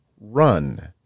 run